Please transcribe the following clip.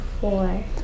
four